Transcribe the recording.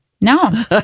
No